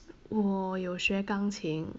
我有学钢琴